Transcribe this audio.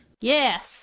Yes